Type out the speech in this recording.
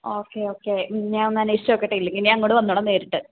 okay okay ഞാൻ ഒന്ന് അന്വോഷിച്ചു നോക്കട്ടെ ഇല്ലെങ്കിൽ ഞാൻ അങ്ങോട്ട് വന്നോളാം നേരിട്ട്